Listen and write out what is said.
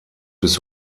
bis